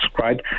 right